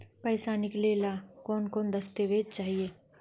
पैसा निकले ला कौन कौन दस्तावेज चाहिए?